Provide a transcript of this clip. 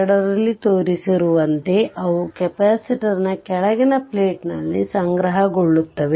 2 ರಲ್ಲಿ ತೋರಿಸಿರುವಂತೆ ಅವು ಕೆಪಾಸಿಟರ್ನ ಕೆಳಗಿನ ಪ್ಲೇಟ್ ನಲ್ಲಿ ಸಂಗ್ರಹಗೊಳ್ಳುತ್ತದೆ